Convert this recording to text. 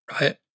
Right